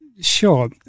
Sure